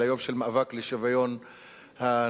אלא יום של מאבק לשוויון הנשים.